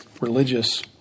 religious